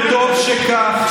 וטוב שכך,